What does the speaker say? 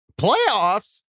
Playoffs